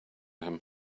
him